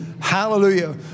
Hallelujah